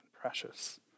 precious